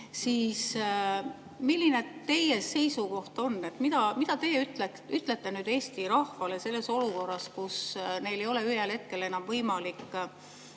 siis milline teie seisukoht on? Mida teie ütlete nüüd Eesti rahvale selles olukorras, kus neil ei ole ühel hetkel enam võimalik